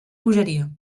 bogeria